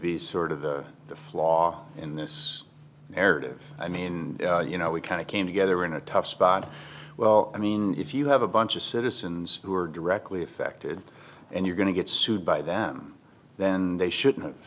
be sort of the flaw in this area i mean you know we kind of came together in a tough spot well i mean if you have a bunch of citizens who are directly affected and you're going to get sued by them then they shouldn't